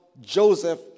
Joseph